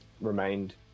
remained